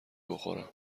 بخورم